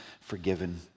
forgiven